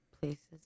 places